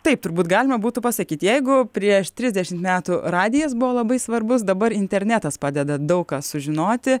taip turbūt galima būtų pasakyt jeigu prieš trisdešimt metų radijas buvo labai svarbus dabar internetas padeda daug ką sužinoti